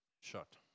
Shot